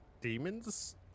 demons